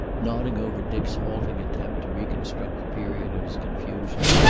nodding over dick's halting attempt to reconstruct the period of his confusion,